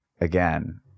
again